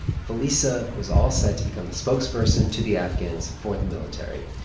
felisa was all set to become the spokesperson to the afghans for the military.